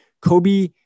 Kobe